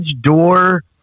door